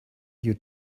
you